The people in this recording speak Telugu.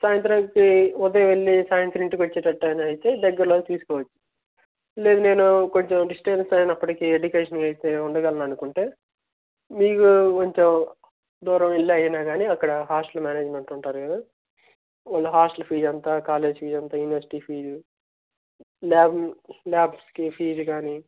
సాయంత్రానికి ఉదయం వెళ్ళి సాయంత్రానికి ఇంటికి వచ్చేటట్టయినా అయితే దగ్గర లోనే తీసుకోవచ్చు లేదు నేను కొంచెం డిస్టెన్స్ అయినప్పటికీ ఎడ్యుకేషన్ వైజ్ ఉండగలననుకుంటే మీకు కొంచెం దూరమెళ్ళి అయినా కానీ అక్కడ హాస్టల్ మ్యానేజ్మెంట్ ఉంటారు కదా వాళ్ళ హాస్టల్ ఫీజెంత కాలేజ్ ఫీజ్ ఎంత యూనివర్సిటీ ఫీజు ల్యాబ్ ల్యాబ్స్కి ఫీజ్ కానీ